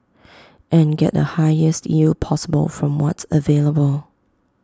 and get the highest yield possible from what's available